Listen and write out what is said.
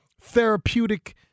therapeutic